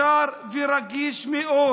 ישר ורגיש מאוד.